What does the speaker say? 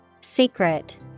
Secret